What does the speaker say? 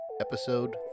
Episode